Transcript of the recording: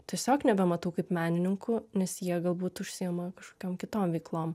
tiesiog nebematau kaip menininkų nes jie galbūt užsiima kažkokiom kitom veiklom